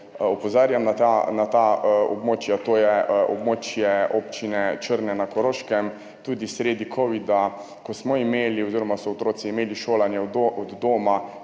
opozarjam na ta območja, to je območje občine Črna na Koroškem. Tudi sredi covida, ko smo imeli oziroma so imeli otroci šolanje od doma,